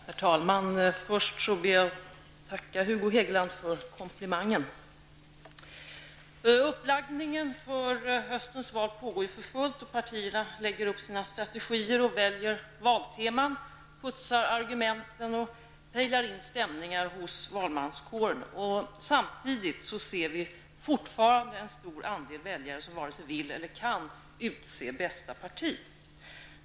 Herr talman! Först ber jag att få tacka Hugo Hegeland för komplimangen. Uppladdningen inför höstens val pågår ju för fullt. Partierna lägger upp sina strategier och väljer valteman, putsar argumenten och pejlar in stämningar i valmanskåren. Samtidigt ser vi att en stor del av väljarna fortfarande varken vill eller kan utse bästa parti.